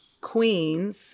Queens